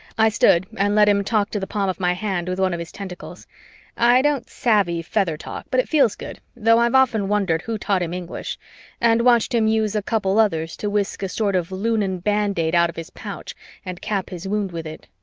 i stood and let him talk to the palm of my hand with one of his tentacles i don't savvy feather-talk but it feels good, though i've often wondered who taught him english and watched him use a couple others to whisk a sort of lunan band-aid out of his pouch and cap his wound with it.